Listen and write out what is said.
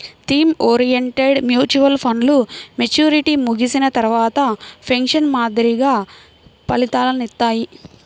theme oriented mutual ఫండ్లు maturity ముగిసిన తర్వాత పెన్షన్ మాదిరిగా ఫలితాలనిత్తాయి